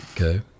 okay